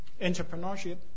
entrepreneurship